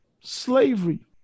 Slavery